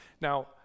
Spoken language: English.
Now